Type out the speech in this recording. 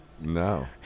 no